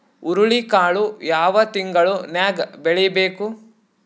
ಹುರುಳಿಕಾಳು ಯಾವ ತಿಂಗಳು ನ್ಯಾಗ್ ಬೆಳಿಬೇಕು?